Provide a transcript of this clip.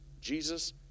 Jesus